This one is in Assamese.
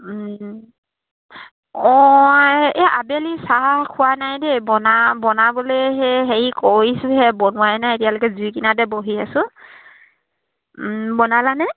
অঁ এই আবেলি চাহ খোৱা নাই দেই বনা বনাবলে সেই হেৰি কৰিছোঁহে বনোৱাই নাই এতিয়ালৈকে জুই কিনাৰতে বহি আছোঁ বনালা নে